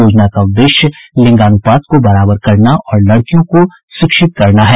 योजना का उद्देश्य लिंगानुपात को बराबर करना और लड़कियों को शिक्षित करना है